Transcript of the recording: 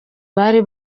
bari